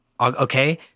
Okay